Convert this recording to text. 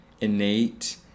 innate